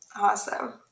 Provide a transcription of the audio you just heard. Awesome